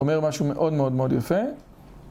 אומר משהו מאוד מאוד מאד יפה